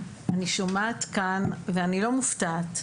אני שומעת כאן ואני לא מופתעת,